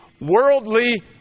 worldly